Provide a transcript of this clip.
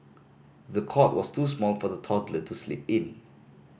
the cot was too small for the toddler to sleep in